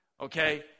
Okay